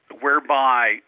whereby